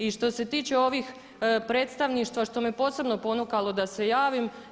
I što se tiče ovih predstavništva što me posebno ponukalo da se javim.